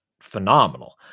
phenomenal